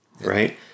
right